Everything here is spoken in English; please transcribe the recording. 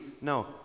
No